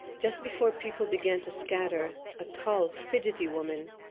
just before people began to scatter, a tall fidgety woman,